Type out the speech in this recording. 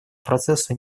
процессу